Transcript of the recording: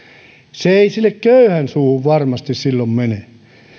se ei sinne köyhän suuhun varmasti silloin mene